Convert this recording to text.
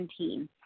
2017